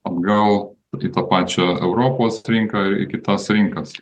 atgal į tą pačią europos rinką ir į kitas rinkas